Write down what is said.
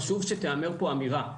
חשוב שתיאמר כאן אמירה.